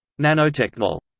nanotechnol.